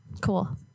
Cool